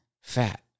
fat